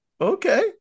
Okay